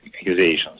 accusations